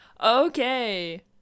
Okay